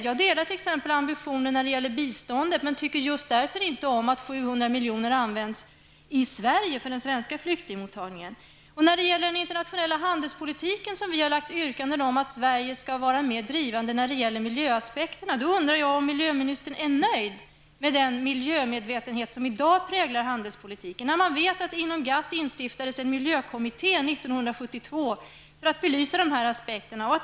Jag delar t.ex. ambitionen för biståndet, men tycker därför inte om att 700 miljoner används för flyktingmottagning i Sverige. I fråga om den internationella handelspolitiken har vi lagt fram yrkanden om att Sverige skall vara mer drivande när det gäller miljöaspekterna. Jag undrar om miljöministern är nöjd med den miljömedvetenhet som i dag präglar handelspolitiken. Vi vet att det inom GATT instiftades en miljökommitté 1972, för att belysa dessa aspekter.